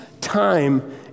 time